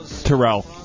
Terrell